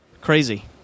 Crazy